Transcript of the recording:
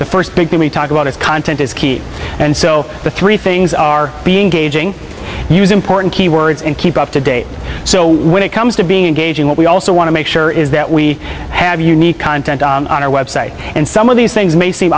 the first big to me talk about its content is key and so the three things are being gauging use important keywords and keep up to date so when it comes to being engaging what we also want to make sure is that we have unique content on our website and some of these things may seem